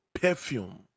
perfume